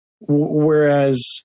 whereas